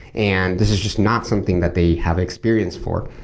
and this is just not something that they have experience for.